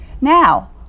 Now